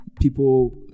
people